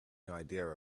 idea